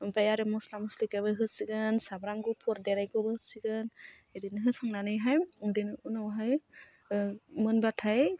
ओमफ्राय आरो मस्ला मस्लिखौबो होसिगोन सामब्राम गुफुर देनायखौबो होसिगोन बिदिनो होखांनानैहाय बिदिनो उनावहाय मोनबाथाय